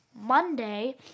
Monday